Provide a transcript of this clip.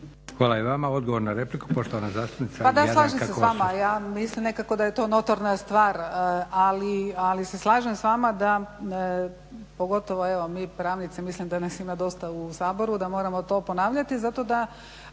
Jadranka Kosor. **Kosor, Jadranka (Nezavisni)** Pa da slažem se s vama, ja mislim nekako da je to notorna stvar ali se slažem s vama, pogotovo evo mi pravnici, mislim da nas ima dosta u Saboru da moramo to ponavljati zato da